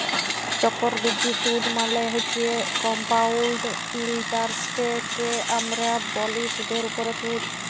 চক্করবিদ্ধি সুদ মালে হছে কমপাউল্ড ইলটারেস্টকে আমরা ব্যলি সুদের উপরে সুদ